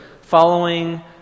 following